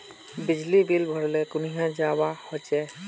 बिजली बिल भरले कुनियाँ जवा होचे?